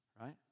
right